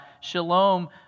shalom